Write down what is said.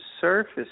surface